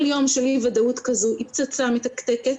יום של אי ודאות כזאת היא פצצה מתקתקת,